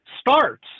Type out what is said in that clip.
starts